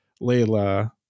layla